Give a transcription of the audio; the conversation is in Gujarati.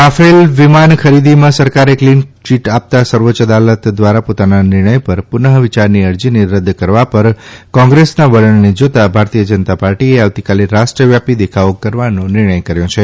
રાફેલ વિમાન ખરીદીમાં સરકારે કલીનચીટ આપતા સર્વોચ્ય અદાલત દ્વારા પોતાના નિર્ણય પર પુનઃ વિચારની અરજીને રદ કરવા પર કોંગ્રેંસના વલણને જોતાં ભારતીય જનતા પાર્ટીએ આવતીકાલે રાષ્ટ્રવ્યાપી દેખાવો કરવાનો નિર્ણય કર્યો છે